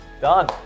Done